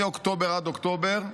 מאוקטובר עד אוקטובר,